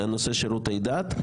זה הנושא שירותי דת.